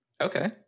Okay